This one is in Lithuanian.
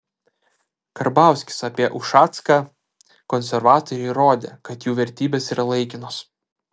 karbauskis apie ušacką konservatoriai įrodė kad jų vertybės yra laikinos